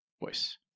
voice